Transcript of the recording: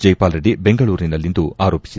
ಜೈಪಾಲ್ ರೆಡ್ಡಿ ಬೆಂಗಳೂರಿನಲ್ಲಿಂದು ಆರೋಪಿಸಿದ್ದಾರೆ